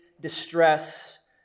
distress